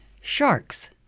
Sharks